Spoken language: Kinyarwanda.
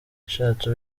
nashatse